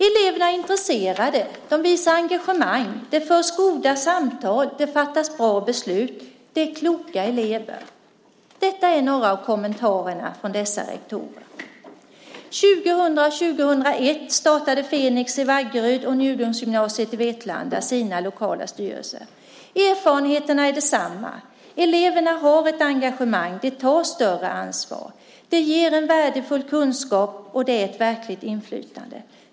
Eleverna är intresserade. De visar engagemang. Det förs goda samtal. Det fattas bra beslut. Det är kloka elever. Det här är några av kommentarerna från dessa rektorer. Under åren 2000 och 2001 startade Fenix i Vaggeryd och Njudungsgymnasiet i Vetlanda med sina lokala styrelser. Erfarenheterna är desamma. Eleverna har ett engagemang. De tar större ansvar. Det ger en värdefull kunskap, och det är ett verkligt inflytande.